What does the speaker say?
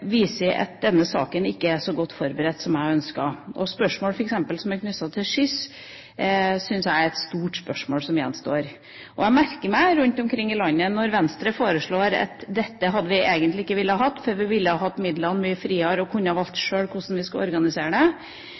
ikke er så godt forberedt som jeg ønsker. Spørsmål f.eks. knyttet til skyss syns jeg er et stort spørsmål som gjenstår. Jeg merker meg at rundt omkring i landet, når Venstre sier at dette hadde vi egentlig ikke villet ha, vi ville hatt midlene mye friere og ville valgt sjøl hvordan vi skulle organisere det,